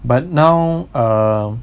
but now err